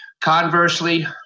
Conversely